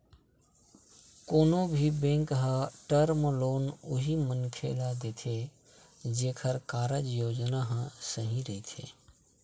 कोनो भी बेंक ह टर्म लोन उही मनखे ल देथे जेखर कारज योजना ह सही रहिथे